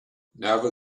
never